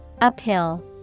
Uphill